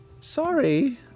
Sorry